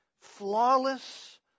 flawless